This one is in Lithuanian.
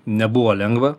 nebuvo lengva